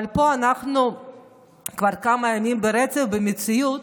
אבל פה אנחנו כבר כמה ימים ברצף במציאות